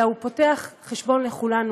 אלא פותח חשבון לכולנו,